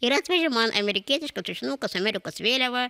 ir atvežė man amerikietišką tušinuką su amerikos vėliava